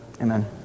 Amen